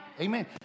Amen